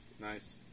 Nice